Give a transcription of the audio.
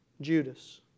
Judas